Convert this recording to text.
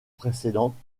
précédentes